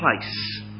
place